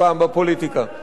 אני עוד מעט מגיע.